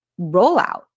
rollout